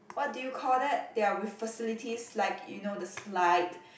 what do you call that they are with facilities like you know the slide